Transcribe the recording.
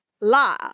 la